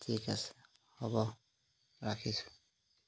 ঠিক আছে হ'ব ৰাখিছোঁ